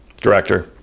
Director